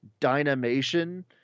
dynamation